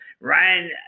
Ryan